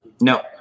no